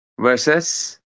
versus